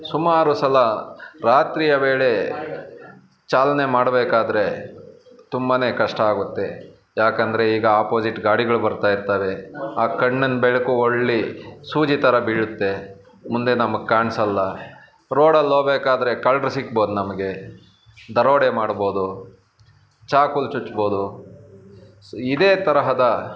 ಸುಮಾರು ಸಲ ರಾತ್ರಿಯ ವೇಳೆ ಚಾಲನೆ ಮಾಡಬೇಕಾದ್ರೆ ತುಂಬ ಕಷ್ಟ ಆಗುತ್ತೆ ಯಾಕಂದರೆ ಈಗ ಅಪೋಸಿಟ್ ಗಾಡಿಗಳು ಬರ್ತಾಯಿರ್ತಾವೆ ಆ ಕಣ್ಣಿನ ಬೆಳಕು ಒಳ್ಳೆ ಸೂಜಿ ಥರ ಬೀಳುತ್ತೆ ಮುಂದೆ ನಮಗೆ ಕಾಣಿಸಲ್ಲ ರೋಡಲ್ಲಿ ಹೋಗ್ಬೇಕಾದ್ರೆ ಕಳ್ಳರು ಸಿಗ್ಬೋದು ನಮಗೆ ದರೋಡೆ ಮಾಡ್ಬೋದು ಚಾಕುಲ್ ಚುಚ್ಬೋದು ಸೊ ಇದೇ ತರಹದ